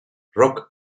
rock